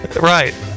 Right